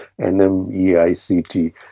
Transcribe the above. NMEICT